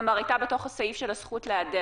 כלומר הייתה בתוך הסעיף של הזכות להיעדר.